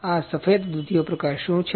આ સફેદ દુધિયો પદાર્થ શું છે